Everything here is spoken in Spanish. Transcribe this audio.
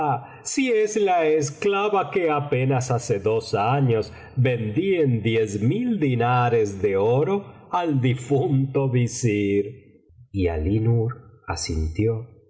si es la esclava que apenas hace dos anos vendí en diez mil dinares de oro al difunto visir y alí nur asintió